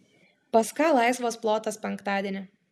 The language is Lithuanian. pas ką laisvas plotas penktadienį